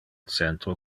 centro